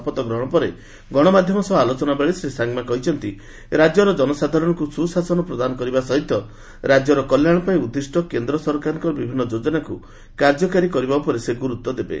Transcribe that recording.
ଶପଥ ଗ୍ରହଣ ପରେ ଗଣମାଧ୍ୟମ ସହ ଆଲୋଚନାବେଳେ ଶ୍ରୀ ସାଙ୍ଗ୍ମା କହିଛନ୍ତି ରାଜ୍ୟର କନସାଧାରଣଙ୍କୁ ସୁଶାସନ ପ୍ରଦାନ କରିବା ସହିତ ରାକ୍ୟର କଲ୍ୟାଣପାଇଁ ଉଦ୍ଦିଷ୍ଟ କେନ୍ଦ୍ର ସରକାରଙ୍କ ବିଭିନ୍ନ ଯୋକନାକୁ କାର୍ଯ୍ୟକାରୀ କରିବା ଉପରେ ସେ ଗୁରୁତ୍ୱ ଦେବେ